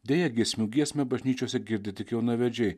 deja giesmių giesmę bažnyčiose girdi tik jaunavedžiai